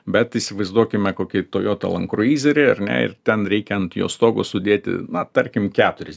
bet įsivaizduokime kokį toyota land kruizerį ar ne ir ten reikia ant jo stogo sudėti na tarkim keturis